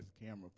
camera